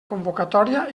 convocatòria